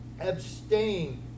abstain